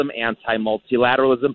anti-multilateralism